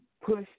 push